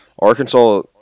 Arkansas